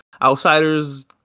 Outsiders